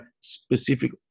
specific